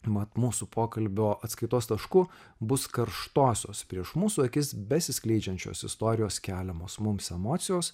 mat mūsų pokalbio atskaitos tašku bus karštosios prieš mūsų akis besiskleidžiančios istorijos keliamos mums emocijos